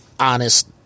Honest